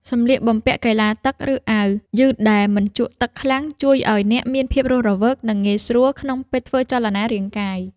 សម្លៀកបំពាក់កីឡាទឹក ឬអាវយឺតដែលមិនជក់ទឹកខ្លាំង ជួយឱ្យអ្នកមានភាពរស់រវើក និងងាយស្រួលក្នុងការធ្វើចលនារាងកាយ។